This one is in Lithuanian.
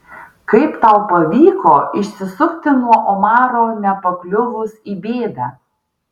kaip tau pavyko išsisukti nuo omaro nepakliuvus į bėdą